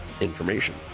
information